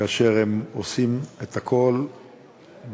כאשר הם עושים את הכול באחריות